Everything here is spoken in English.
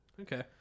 Okay